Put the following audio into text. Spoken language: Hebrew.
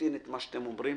לחלוטין את מה שאתם אומרים.